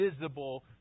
visible